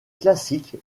classique